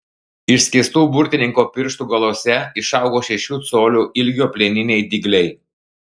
išskėstų burtininko pirštų galuose išaugo šešių colių ilgio plieniniai dygliai